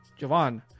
Javon